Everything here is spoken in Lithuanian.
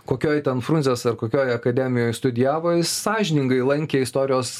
kokioj ten frundzės ar kokioj akademijoj studijavo jis sąžiningai lankė istorijos